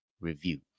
review